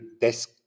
desk